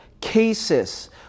cases